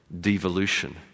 devolution